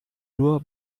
nur